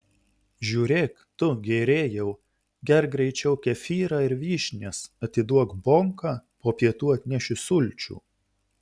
žiūrėk tu gėrėjau gerk greičiau kefyrą ir vyšnias atiduok bonką po pietų atnešiu sulčių